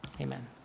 amen